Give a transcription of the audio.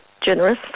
generous